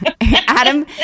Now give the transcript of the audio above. Adam